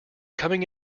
coming